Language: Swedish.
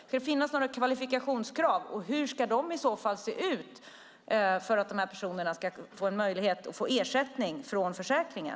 Ska det finnas några kvalifikationskrav, och hur ska de i så fall se ut för att de här personerna ska få en möjlighet att få ersättning från försäkringen?